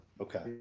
Okay